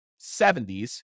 70s